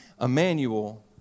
Emmanuel